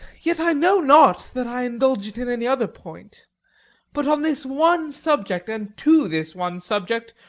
yet i know not that i indulge it in any other point but on this one subject, and to this one subject,